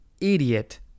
idiot